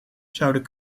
zouden